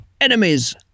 Enemies